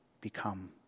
become